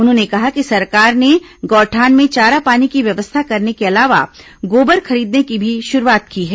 उन्होंने कहा कि सरकार ने गौठान में चारा पानी की व्यवस्था करने के अलावा गोबर खरीदने की भी शुरूआत की है